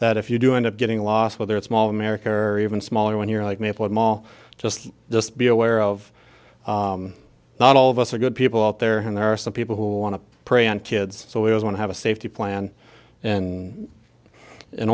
that if you do end up getting lost whether it's small america or even smaller when you're like maple at mall just just be aware of not all of us are good people out there and there are some people who want to prey on kids so we are going to have a safety plan and